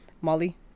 Molly